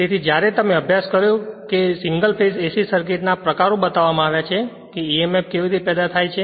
તેથી જ્યારે તમે અભ્યાસ કર્યો કે સિંગલ ફેઝ AC સર્કિટ ના આ પ્રકારો બતાવવામાં આવ્યા છે કે emf કેવી રીતે પેદા થાય છે